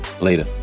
Later